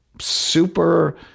super